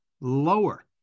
lower